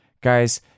Guys